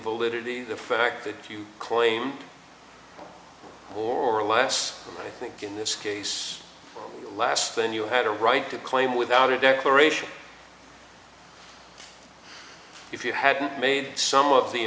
validity the fact that if you claim or less i think in this case last then you had a right to claim without a declaration if you hadn't made some of the